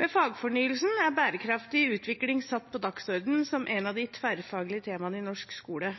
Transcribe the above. Med fagfornyelsen er bærekraftig utvikling satt på dagsordenen som et av de tverrfaglige temaene i norsk skole.